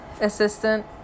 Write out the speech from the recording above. assistant